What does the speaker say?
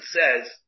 says